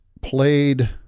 played